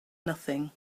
nothing